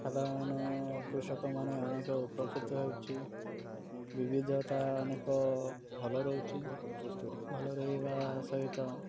ସାଧାରଣ କୃଷକମାନେ ଅନେକ ଉପକୃତ ହେଉଛି ବିବିଧତା ଅନେକ ଭଲ ରହୁଛି ଭଲ ରହିବା ସହିତ